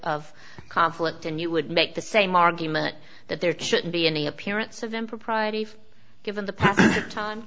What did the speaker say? of conflict and you would make the same argument that there should be any appearance of impropriety if given the time